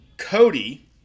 Cody